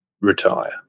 retire